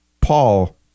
Paul